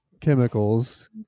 chemicals